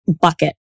bucket